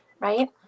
Right